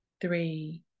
three